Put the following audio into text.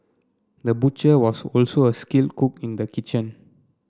the butcher was also a skilled cook in the kitchen